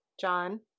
John